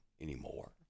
anymore